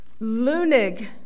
Lunig